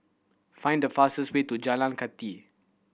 find the fastest way to Jalan Kathi